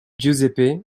giuseppe